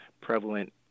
prevalent